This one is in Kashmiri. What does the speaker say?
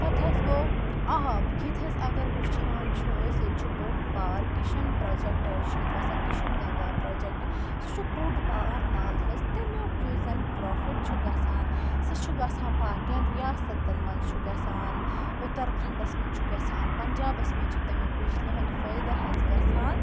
پَتہٕ حظ گوٚو آب ییٚتہِ حظ اگر وُچھان چھِ أسۍ ییٚتہِ چھُ بوٚڑ بار کِشَن پرٛوجیٚکٹہٕ حظ چھُ ییٚتہِ وَسان کِشَن گنٛگا پرٛوجیٚکٹہٕ سُہ چھُ بوٚڑ بار نالہٕ حظ تَمیٛک یُس زَن پرٛافِٹ چھُ گژھان سُہ چھُ گژھان باقیَن رِیاستَن منٛز چھُ گژھان اُتَرکھنٛڈَس منٛز چھُ گژھان پَنٛجابَس منٛز چھُ تَمیٛک بجلی ہُنٛد فٲیدٕ حظ گژھان